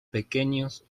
pequeños